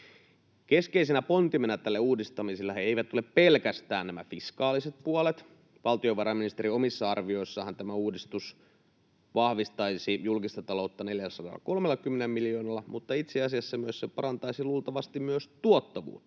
Keskeisenä pontimena tälle uudistamisellehan eivät ole pelkästään fiskaaliset puolet. Valtiovarainministeriön omissa arvioissahan tämä uudistus vahvistaisi julkista taloutta 430 miljoonalla, mutta itse asiassa se parantaisi luultavasti myös tuottavuutta